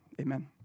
amen